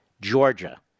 Georgia